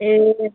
ए